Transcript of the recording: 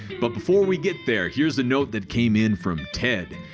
but before we get there here's a note that came in from ted,